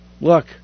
look